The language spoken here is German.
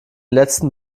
letzten